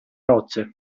rocce